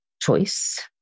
choice